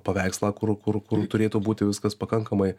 paveikslą kur kur kur turėtų būti viskas pakankamai